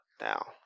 now